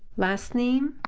last name,